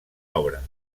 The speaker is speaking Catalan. obra